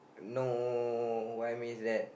no what I means that